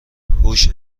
هوش